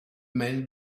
men